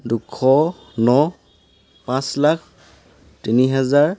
দুশ ন পাঁচ লাখ তিনি হাজাৰ